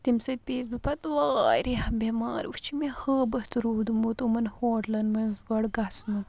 تَمہِ سۭتۍ پیٚیَس بہٕ پتہٕ واریاہ بیٚمار ؤنۍ چھُ مےٚ ہٲبَت روٗدمُت یِمن ہوٹلَن منٛز گۄڈٕ گَژھنُک